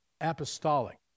Apostolic